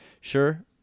Sure